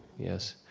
yes,